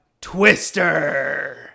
Twister